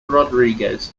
rodriguez